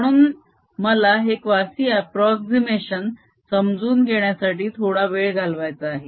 म्हणून मला हे क़्वासि अप्रोक्झीमेशन समजून घेण्यासाठी थोडा वेळ घालवायचा आहे